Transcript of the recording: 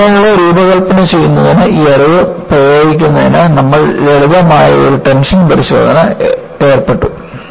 ഘടനകളെ രൂപകൽപ്പന ചെയ്യുന്നതിന് ഈ അറിവ് പ്രയോഗിക്കുന്നതിന് നമ്മൾ ലളിതമായ ഒരു ടെൻഷൻ പരിശോധനയിൽ ഏർപ്പെട്ടു